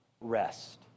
rest